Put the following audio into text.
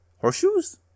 horseshoes